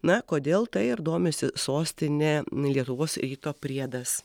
na kodėl tai ir domisi sostinė lietuvos ryto priedas